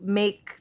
make